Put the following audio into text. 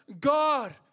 God